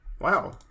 Wow